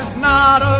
not